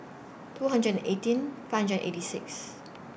two hundred and eighteen five hundred and eighty six